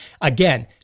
Again